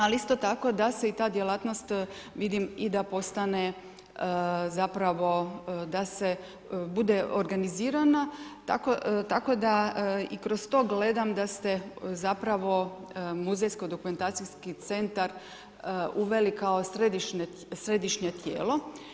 Ali isto tako da se i ta djelatnost, vidim i da postane, zapravo, da se bude organizirana, tako da i kroz to gledam, da se zapravo, muzejsko dokumentacijski centar, uveli kao središnje tijelo.